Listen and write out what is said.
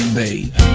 baby